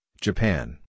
Japan